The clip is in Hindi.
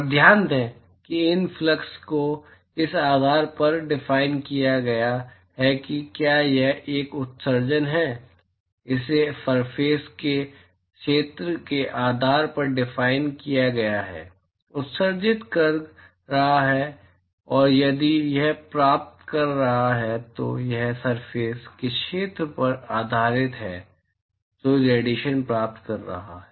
और ध्यान दें कि इन फ्लक्स को इस आधार पर डिफाइन किया गया है कि क्या यह एक उत्सर्जन है इसे सरफेस के क्षेत्र के आधार पर डिफाइन किया गया है जो उत्सर्जित कर रहा है और यदि यह प्राप्त कर रहा है तो यह सरफेस के क्षेत्र पर आधारित है जो रेडिएशन प्राप्त कर रहा है